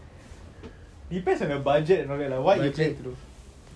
you depends on your budget you know what you plan you know